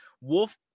Wolf